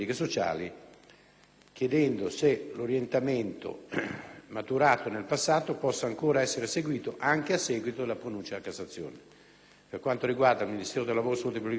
chiedendo se l'orientamento maturato nel passato possa ancora essere seguìto anche a seguito della pronuncia della Cassazione. Per quanto riguarda il Ministero del lavoro, della salute e politiche sociali,